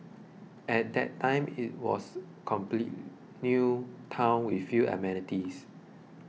at that time it was complete new town with few amenities